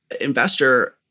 investor